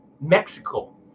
Mexico